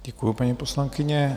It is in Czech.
Děkuji, paní poslankyně.